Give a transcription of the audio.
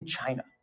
China